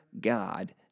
God